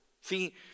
See